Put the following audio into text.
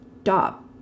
stop